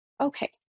Okay